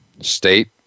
State